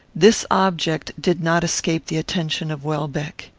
this object did not escape the attention of welbeck.